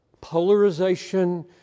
polarization